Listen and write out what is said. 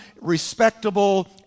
respectable